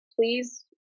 please